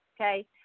Okay